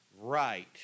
right